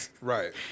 right